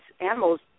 animals